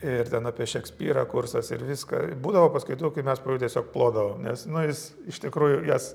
ir ten apie šekspyrą kursas ir viską būdavo paskaitų kai mes po jų tiesiog plodavom nes jis iš tikrųjų jas